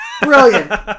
Brilliant